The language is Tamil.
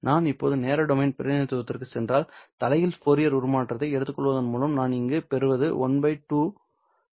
நான் இப்போது நேர டொமைன் பிரதிநிதித்துவத்திற்குச் சென்றால் தலைகீழ் ஃபோரியர் உருமாற்றத்தை எடுத்துக்கொள்வதன் மூலம் நான் இங்கு பெறுவது 1 2